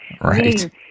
right